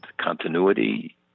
continuity